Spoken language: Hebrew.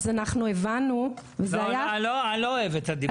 אנחנו הבנו --- אני לא אוהב את הדיבורים האלה.